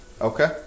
Okay